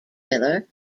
miller